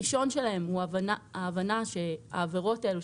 הראשון הוא הבנה שהעבירות האלה,